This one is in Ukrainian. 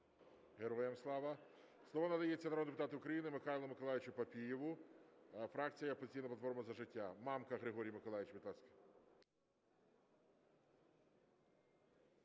Героям слава! Слово надається народному депутату України Михайлу Миколайовичу Папієву, фракція "Опозиційна платформа – За життя". Мамка Григорій Миколайович, будь ласка.